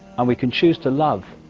and we can choose to love.